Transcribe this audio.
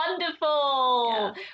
wonderful